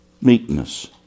meekness